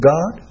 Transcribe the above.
God